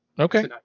Okay